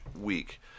week